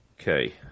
Okay